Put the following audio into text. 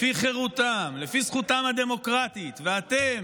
לפי חירותם, לפי זכותם הדמוקרטית, ואתם,